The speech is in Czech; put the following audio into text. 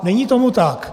Není tomu tak.